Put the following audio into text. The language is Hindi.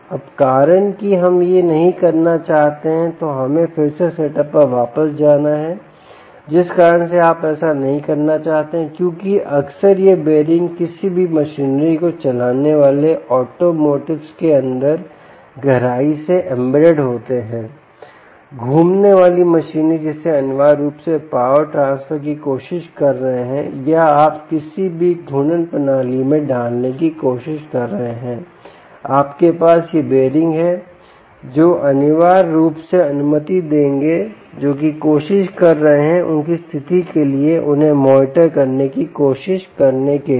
अब कारण की हम यह नहीं करना चाहते हैं तो हमें फिर से सेटअप पर वापस जाना है जिस कारण से आप ऐसा नहीं करना चाहते हैं क्योंकि अक्सर ये बेयरिंग किसी भी मशीनरी को चलाने वाले ऑटोमोटिव्स के अंदर गहराई से एम्बेडेड होते हैं घूमने वाली मशीनरी जिसे अनिवार्य रूप से पावर ट्रांसफर की कोशिश कर रहे हैं या आप किसी भी घूर्णन प्रणाली में डालने की कोशिश कर रहे हैं आपके पास ये बीयरिंग हैं जो अनिवार्य रूप से अनुमति देंगे जो कि कोशिश कर रहे हैं उनकी स्थिति के लिए उन्हें मॉनिटर करने की कोशिश करने के लिए